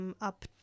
Up